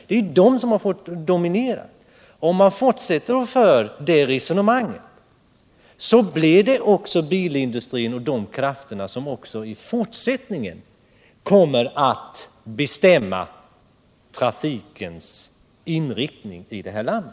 Det är den som har fått dominera. Om man fortsätter att föra det här resonemanget, blir det bilindustrin och sådana krafter som också i fortsättningen kommer att bestämma trafikens inriktning i det här landet.